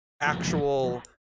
actual